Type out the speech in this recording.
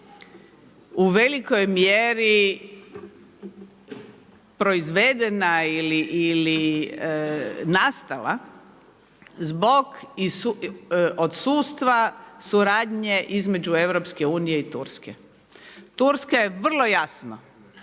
u velikoj mjeri proizvedena ili nastala zbog odsustva suradnje između EU i Turske. Turska je vrlo jasno